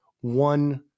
one